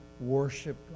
worship